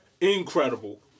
incredible